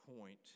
point